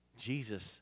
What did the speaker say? Jesus